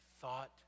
thought